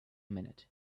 minute